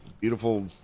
beautiful